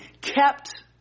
kept